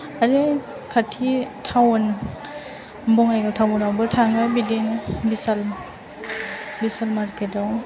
आरो खाथि थाउन बङाइगाव थाउनावबो थाङो बिदिनो बिसाल मारखेदआव